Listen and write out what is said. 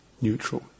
neutral